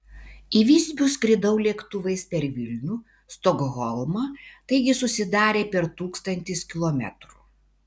į visbių skridau lėktuvais per vilnių stokholmą taigi susidarė per tūkstantis kilometrų